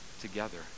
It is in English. together